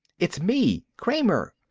it's me, kramer.